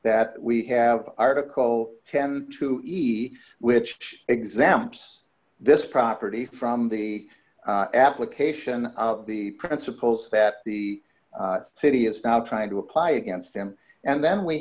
that we have article ten to easy which examples this property from the application of the principles that the city is now trying to apply against them and then we